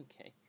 Okay